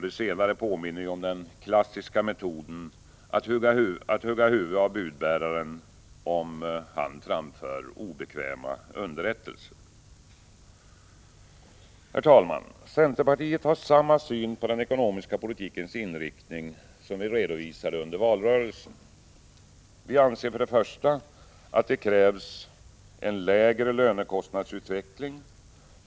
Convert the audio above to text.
Det senare påminner om den klassiska metoden att hugga huvudet av budbäraren om han framför obekväma underrättelser. Herr talman! Centerpartiet har samma syn på den ekonomiska politikens inriktning som vi redovisade under valrörelsen. Vi anser att det för det första krävs en lägre lönekostnadsutveckling.